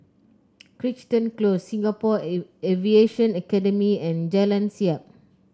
Crichton Close Singapore Aviation Academy and Jalan Siap